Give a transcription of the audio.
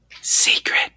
secret